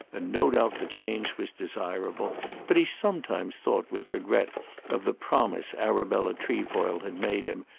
and no doubt the change was desirable but he sometimes thought with regret of the promise arabella trefoil had made him,